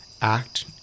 act